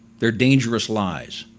they're dangerous lies.